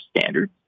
standard